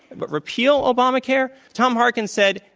but repeal obamacare? tom harkin said,